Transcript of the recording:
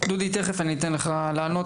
דודי, תכף אני אתן לך לענות.